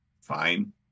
fine